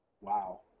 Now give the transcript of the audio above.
wow